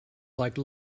like